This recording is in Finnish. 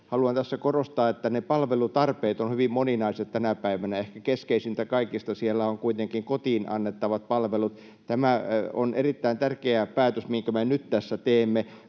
Haluan tässä korostaa, että ne palvelutarpeet ovat hyvin moninaiset tänä päivänä. Ehkä keskeisintä kaikesta siellä ovat kuitenkin kotiin annettavat palvelut. Tämä on erittäin tärkeä päätös, minkä me nyt tässä teemme,